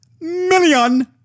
million